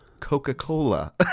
Coca-Cola